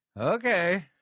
Okay